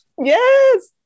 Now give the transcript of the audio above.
Yes